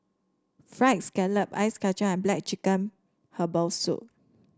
fried scallop Ice Kacang and black chicken Herbal Soup